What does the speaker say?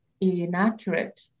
inaccurate